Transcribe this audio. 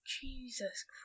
Jesus